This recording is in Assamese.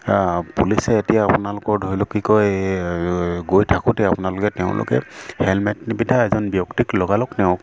পুলিচে এতিয়া আপোনালোকৰ ধৰি লওক কি কয় গৈ থাকোঁতে আপোনালোকে তেওঁলোকে হেলমেট নিপিন্ধা এজন ব্যক্তিত লগালগ তেওঁক